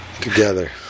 together